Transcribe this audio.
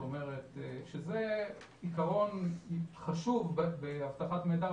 זה עיקרון חשוב באבטחת מידע.